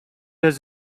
does